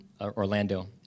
Orlando